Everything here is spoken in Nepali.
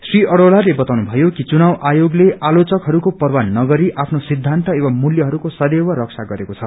श्री अरोड़ाले क्ताउनुभयो कि चुनाव आयोगले आलोचकहरूको पर्वाह नगरी आफ्नो सिद्धान्त एवं मूल्यहरूको सदैव रसा गरेको छ